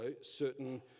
certain